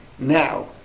now